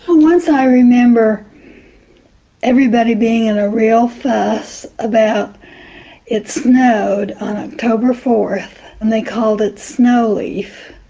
once i remember everybody being in a real fuss about it snowed on october fourth and they called it snow leaf.